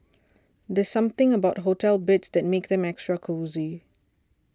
there's something about hotel beds that makes them extra cosy